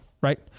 right